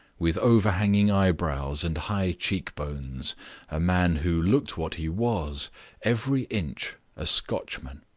with overhanging eyebrows and high cheek-bones a man who looked what he was every inch a scotchman.